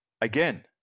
Again